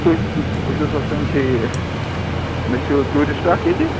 بہٕ چھسو سونچان یہِ مےٚ چھُ ٹورِسٹ اکھ ییٚتہِ